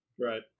Right